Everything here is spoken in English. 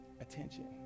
attention